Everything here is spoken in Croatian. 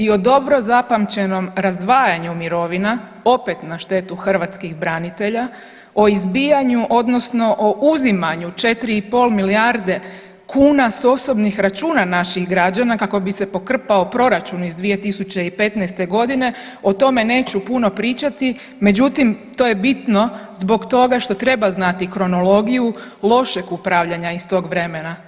dobro zapamćenom razdvajanju mirovina, opet na štetu hrvatskih branitelja, o izbijanju, odnosno o uzimaju 4,5 milijarde kuna s osobnih računa s naših građana kako bi se pokrpao proračun iz 2015. g., o tome neću puno pričati, međutim, to je bitno zbog toga što treba znati kronologiju lošeg upravljanja iz tog vremena.